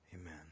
Amen